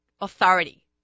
Authority